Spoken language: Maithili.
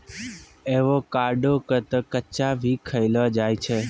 एवोकाडो क तॅ कच्चा भी खैलो जाय छै